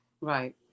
Right